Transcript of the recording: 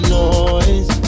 noise